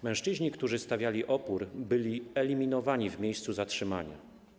Mężczyźni, którzy stawiali opór, byli eliminowani w miejscu zatrzymania.